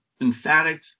emphatic